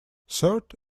third